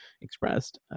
expressed